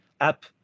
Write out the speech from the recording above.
app